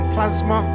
Plasma